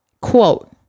quote